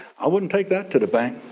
i wouldn't take that to the bank.